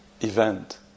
event